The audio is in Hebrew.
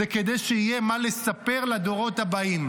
זה כדי שיהיה מה לספר לדורות הבאים.